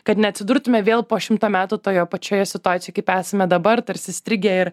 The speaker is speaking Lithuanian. kad neatsidurtume vėl po šimto metų toje pačioje situacijoj kaip esame dabar tarsi įstrigę ir